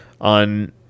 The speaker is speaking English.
on